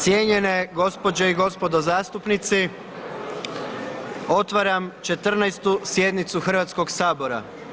Cijenjene gospođe i gospodo zastupnici, otvaram 14. sjednicu Hrvatskoga sabora.